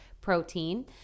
protein